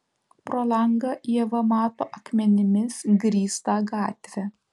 pro langą ieva mato akmenimis grįstą gatvę